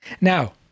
now